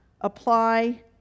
apply